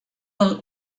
del